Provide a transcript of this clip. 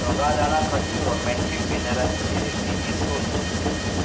दोगां जाणां खातीर रोमॅन्टिक डिनराची रॅसीपी सोद